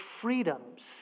freedoms